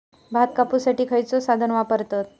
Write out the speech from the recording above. भात कापुसाठी खैयचो साधन वापरतत?